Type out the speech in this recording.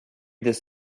this